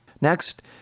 Next